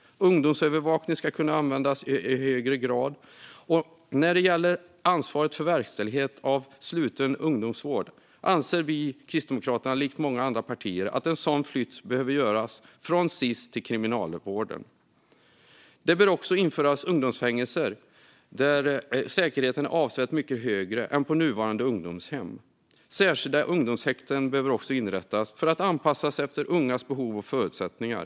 Ungdomsövervakning ska kunna användas i högre grad. Och när det gäller ansvaret för verkställighet av sluten ungdomsvård anser vi kristdemokrater, likt många andra partier, att en sådan flytt behöver göras från Sis till Kriminalvården. Det bör också införas ungdomsfängelser där säkerheten är avsevärt mycket högre än på nuvarande ungdomshem. Särskilda ungdomshäkten behöver också inrättas för att anpassas efter ungas behov och förutsättningar.